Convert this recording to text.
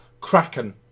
Kraken